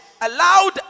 allowed